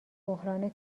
بحران